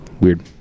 Weird